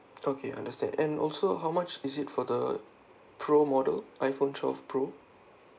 okay understand and also how much is it for the pro model iphone twelve pro